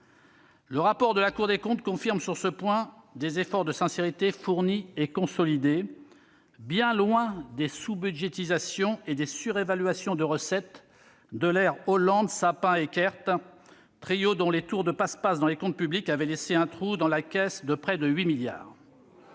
Le rapport de la Cour des comptes confirme sur ce point des efforts de sincérité fournis et consolidés, bien éloignés des sous-budgétisations et des surévaluations de recettes de l'ère Hollande-Sapin-Eckert, trio dont les tours de passe-passe dans les comptes publics avaient laissé un trou dans la caisse de près de 8 milliards